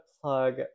plug